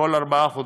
כל ארבעה חודשים,